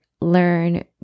learn